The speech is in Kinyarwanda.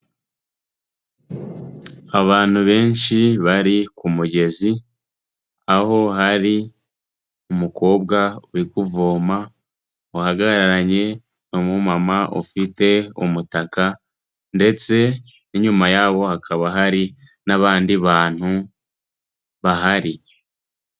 Abantu benshi bari ku mugezi, aho hari umukobwa uri kuvoma, uhagararanye n'umuma ufite umutaka, ndetse n'inyuma yabo, hakaba hari n'abandi bantu, bahari.